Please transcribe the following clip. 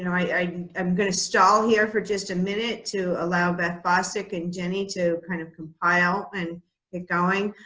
know, i mean i'm going to stall here for just a minute to allow beth bostic and jennie to kind of compile and get going.